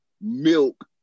milk